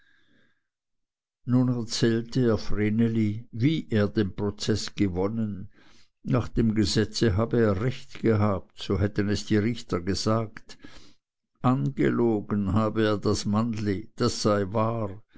nun erzählte er vreneli wie er den prozeß gewonnen nach dem gesetze habe er recht gehabt so hätten es die richter gesagt angelogen habe er das mannli das sei wahr